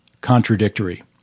contradictory